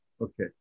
Okay